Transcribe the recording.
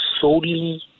solely